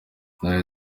yagize